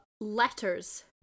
letters